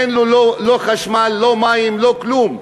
אין לו לא חשמל, לא מים, לא כלום,